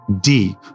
deep